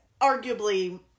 arguably